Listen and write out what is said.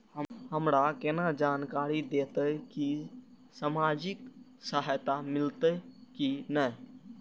हमरा केना जानकारी देते की सामाजिक सहायता मिलते की ने?